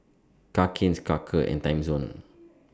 Cakenis Quaker and Timezone